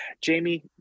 Jamie